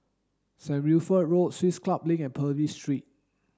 Saint Wilfred Road Swiss Club Link and Purvis Street